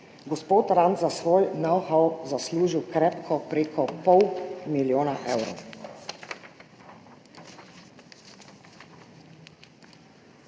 gospod Rant za svoj know-how zaslužil krepko prek pol milijona evrov.